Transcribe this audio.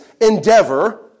endeavor